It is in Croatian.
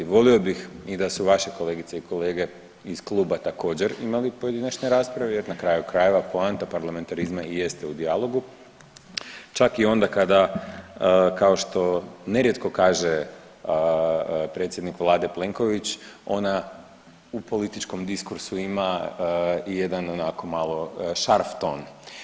Volio bih da su i vaše kolegice i kolege iz kluba također, imali pojedinačne rasprave jer na kraju krajeva, poanta parlamentarizma i jeste u dijalogu čak i onda kada, kao što nerijetko kaže predsjednik Vlade Plenković, ona u političkom diskursu ima i jedan onako malo šarf ton.